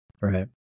Right